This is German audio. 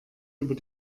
über